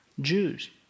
Jews